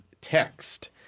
text